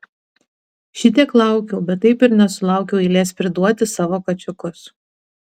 šitiek laukiau bet taip ir nesulaukiau eilės priduoti savo kačiukus